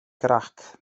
grac